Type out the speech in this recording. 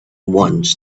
once